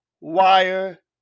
wire